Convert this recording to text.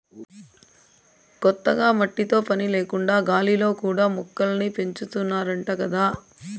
కొత్తగా మట్టితో పని లేకుండా గాలిలో కూడా మొక్కల్ని పెంచాతన్నారంట గదా